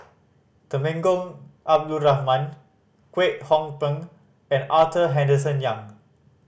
Temenggong Abdul Rahman Kwek Hong Png and Arthur Henderson Young